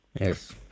Yes